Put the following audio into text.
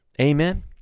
Amen